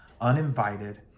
uninvited